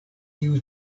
tiu